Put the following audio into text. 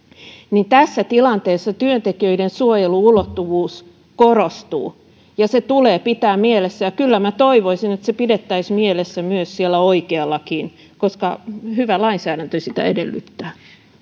tässä tilanteessa työntekijöiden suojelu ulottuvuus korostuu ja se tulee pitää mielessä ja kyllä minä toivoisin että se pidettäisiin mielessä siellä oikeallakin koska hyvä lainsäädäntö sitä edellyttää